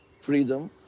freedom